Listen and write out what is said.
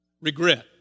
regret